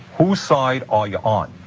whose side are you on?